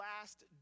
last